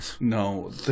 No